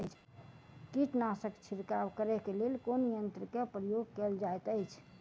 कीटनासक छिड़काव करे केँ लेल कुन यंत्र केँ प्रयोग कैल जाइत अछि?